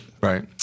right